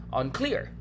unclear